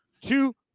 Two